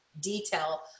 detail